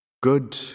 Good